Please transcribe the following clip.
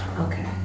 Okay